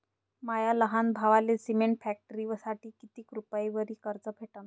माया लहान भावाले सिमेंट फॅक्टरीसाठी कितीक रुपयावरी कर्ज भेटनं?